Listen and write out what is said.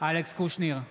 אלכס קושניר,